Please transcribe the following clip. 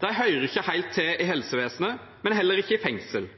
De hører ikke helt til i helsevesenet, men heller ikke i fengsel,